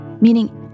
meaning